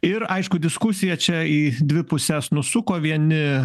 ir aišku diskusija čia į dvi puses nusuko vieni